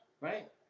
right